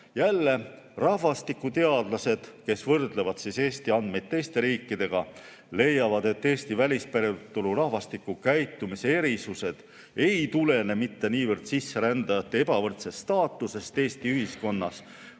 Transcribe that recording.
Jälle, rahvastikuteadlased, kes võrdlevad Eesti andmeid teiste riikidega, leiavad, et Eesti välispäritolu rahvastiku käitumise erisused ei tulene mitte niivõrd sisserändajate ebavõrdsest staatusest Eesti ühiskonnas,